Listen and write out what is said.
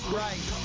right